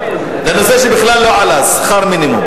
שכר המינימום.